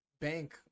bank